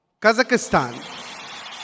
Kazakhstan